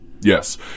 Yes